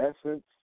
Essence